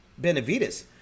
Benavides